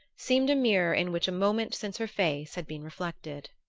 seemed a mirror in which a moment since her face had been reflected.